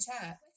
chat